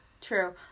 True